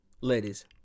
ladies